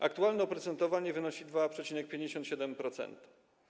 Aktualne oprocentowanie wynosi 2,57%.